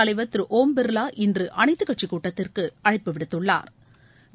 தலைவர் திரு ஓம் பிர்லா இன்று அனைத்துக்கட்சிக் கூட்டத்திற்கு அழைப்பு விடுத்துள்ளாா்